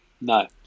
No